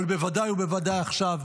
אבל בוודאי ובוודאי עכשיו.